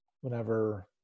whenever